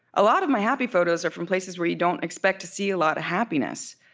a lot of my happy photos are from places where you don't expect to see a lot of happiness.